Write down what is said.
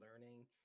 learning